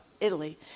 Italy